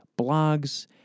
blogs